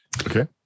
Okay